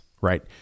right